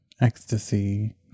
ecstasy